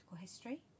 history